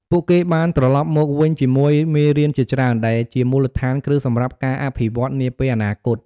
ពួកគេបានត្រឡប់មកវិញជាមួយមេរៀនជាច្រើនដែលជាមូលដ្ឋានគ្រឹះសម្រាប់ការអភិវឌ្ឍនាពេលអនាគត។